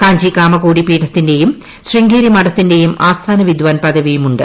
കാഞ്ചി കാമക്കോട്ടി പീഠത്തിന്റെയും ശൃംഗേരി മഠത്തിന്റെയും ആസ്ഥാന വിദ്വാൻ പദവിയുമുണ്ട്